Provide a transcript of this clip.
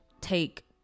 take